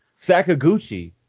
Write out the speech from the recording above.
Sakaguchi